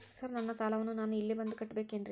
Sir ನನ್ನ ಸಾಲವನ್ನು ನಾನು ಇಲ್ಲೇ ಬಂದು ಕಟ್ಟಬೇಕೇನ್ರಿ?